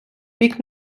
бік